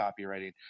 copywriting